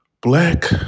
black